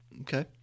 Okay